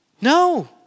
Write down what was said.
No